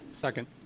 Second